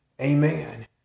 Amen